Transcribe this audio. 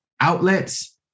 outlets